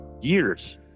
years